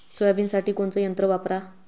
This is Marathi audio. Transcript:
सोयाबीनसाठी कोनचं यंत्र वापरा?